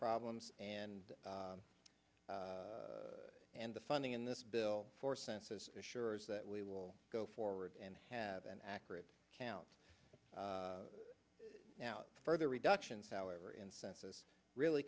problems and and the funding in this bill for census assures that we will go forward and have an accurate count out further reductions however in census really